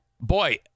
boy